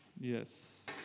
Yes